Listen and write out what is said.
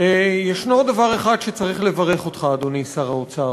יש דבר אחד שצריך לברך אותך עליו, אדוני שר האוצר.